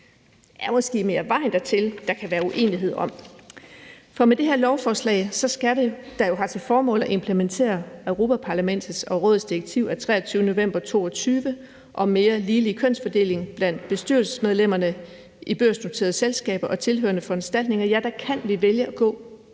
Det er måske mere vejen dertil, der kan være uenighed om, for med det her lovforslag, der jo har til formål at implementere Europa-Parlamentets og Rådets direktiv af den 23. november 2022 om mere ligelig kønsfordeling blandt bestyrelsesmedlemmerne i børsnoterede selskaber og tilhørende foranstaltninger, kan vi vælge at gå